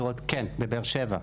בבאר שבע.